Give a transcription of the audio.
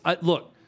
Look